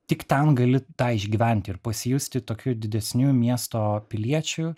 tik ten gali tą išgyventi ir pasijusti tokiu didesniu miesto piliečiu